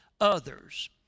others